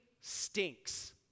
stinks